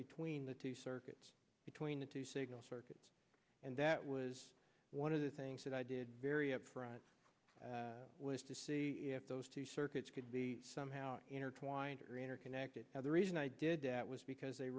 between the two circuits between the two signal circuits and that was one of the things that i did very upfront was to see if those two circuits could be somehow intertwined or interconnected now the reason i did that was because they